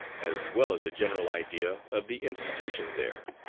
as well as a general idea of the institution there.